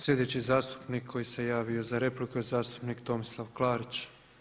Slijedeći zastupnik koji se javio za repliku je zastupnik Tomislav Klarić.